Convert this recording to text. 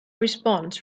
response